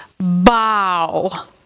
bow